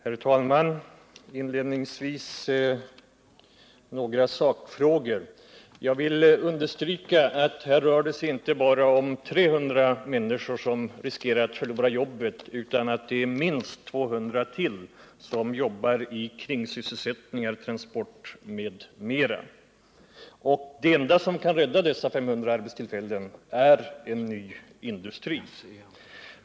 Herr talman! Inledningsvis några sakfrågor: Jag vill understryka att det här inte endast rör sig om 300 människor som riskerar att förlora jobben utan att det är minst 200 till, som arbetar i kringsysselsättningar — transport m.m. Det enda som kan rädda dessa 500 arbetstillfällen är en ny industri.